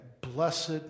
blessed